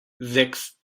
sechs